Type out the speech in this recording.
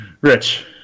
Rich